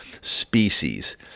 species